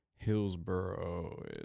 Hillsboro